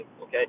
okay